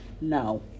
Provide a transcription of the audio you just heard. No